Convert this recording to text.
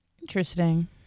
Interesting